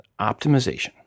optimization